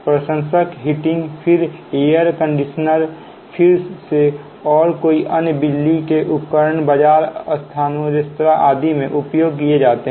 प्रशंसक हीटिंग फिर air conditioning फिर से और कई अन्य बिजली के उपकरण बाजार स्थानों रेस्तरां आदि में उपयोग किए जाते हैं